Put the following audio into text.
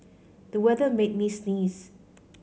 the weather made me sneeze